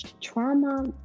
trauma